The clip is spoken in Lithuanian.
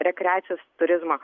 rekreacijos turizmo